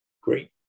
great